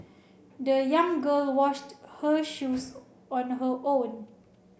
the young girl washed her shoes on her own